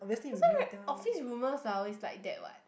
that's why office rumours are always like that what